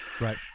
Right